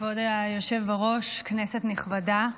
כבוד היושב בראש, כנסת נכבדה,